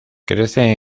crece